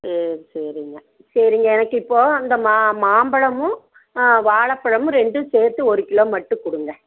சேரி சேரிங்க சேரிங்க எனக்கு இப்போ அந்த மாம்பழமும் வாழைப்பழமும் ரெண்டும் சேர்த்து ஒரு கிலோ மட்டும் கொடுங்க